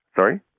Sorry